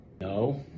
no